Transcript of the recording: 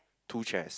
two chairs